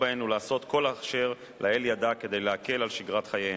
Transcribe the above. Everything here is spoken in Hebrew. בהן ולעשות כל אשר לאל ידה כדי להקל את שגרת חייהן.